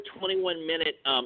21-minute